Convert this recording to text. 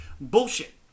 Bullshit